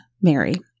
Mary